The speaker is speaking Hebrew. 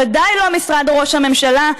ודאי לא משרד ראש הממשלה,